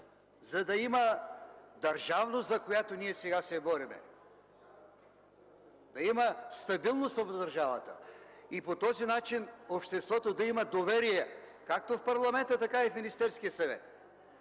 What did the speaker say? за да има държавност, за която ние сега се борим, да има стабилност в държавата и по този начин обществото да има доверие както в парламента, така и в Министерския съвет.